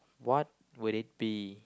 what would it be